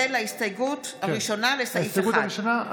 (קוראת בשמות חברי הכנסת) אלי אבידר,